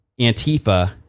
Antifa